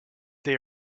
they